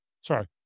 sorry